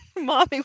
mommy